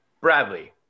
Bradley